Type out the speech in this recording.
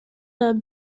کنم